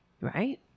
right